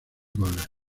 goles